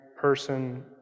person